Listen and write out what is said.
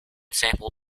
sample